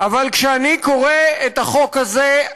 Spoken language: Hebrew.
אבל כשאני קורא את החוק הזה,